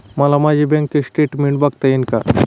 मला माझे bank statement बघता येईल का?